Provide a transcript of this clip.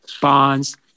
bonds